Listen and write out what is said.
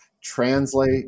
translate